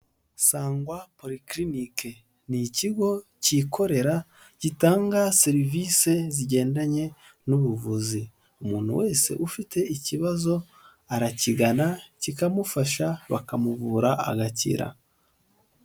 Sangwa porikirinike ni ikigo cyikorera gitanga serivisi zigendanye n'ubuvuzi. Umuntu wese ufite ikibazo arakigana, kikamufasha, bakamuvura agakira.